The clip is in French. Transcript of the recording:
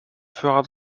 fera